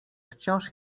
wciąż